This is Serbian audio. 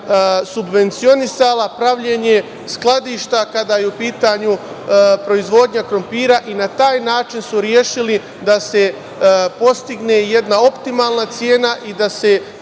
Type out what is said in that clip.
subvencionisala pravljenje skladišta kada je u pitanju proizvodnja krompira i na taj način su rešili da se postigne jedne optimalna cena i da se